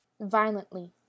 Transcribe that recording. Violently